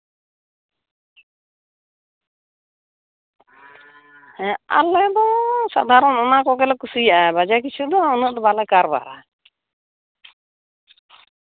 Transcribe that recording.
ᱦᱮᱸ ᱟᱞᱮ ᱫᱚ ᱥᱟᱫᱷᱟᱨᱚᱱ ᱚᱱᱟ ᱠᱚᱜᱮᱞ ᱠᱩᱥᱤᱭᱟᱜᱼᱟ ᱵᱟᱡᱮ ᱠᱤᱪᱷᱩ ᱫᱚ ᱩᱱᱟᱹᱜ ᱫᱚ ᱵᱟᱞᱮ ᱠᱟᱨᱵᱟᱨᱟ